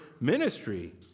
ministry